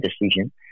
decision